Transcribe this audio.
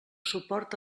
suport